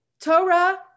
Torah